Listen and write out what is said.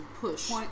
push